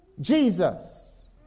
Jesus